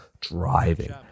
driving